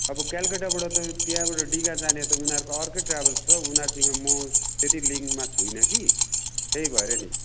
अब कलकत्ताबाट त त्यहाँबाट डिगा जाने त उनीहरूको अर्कै ट्राभल्स छ उनीहरूसँग म त्यति लिङ्कमा छुइनँ कि त्यही भएर नि